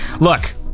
Look